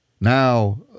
Now